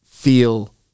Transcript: feel